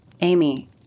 Amy